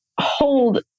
hold